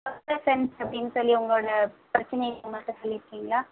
best friends அப்படின்னு சொல்லி உங்களோடய பிரச்சனையை அவங்கள்ட்ட சொல்லியிருக்கீங்களா